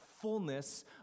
fullness